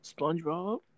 SpongeBob